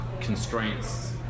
constraints